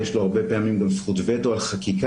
יש לו הרבה פעמים גם זכות וטו על חקיקה.